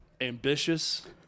ambitious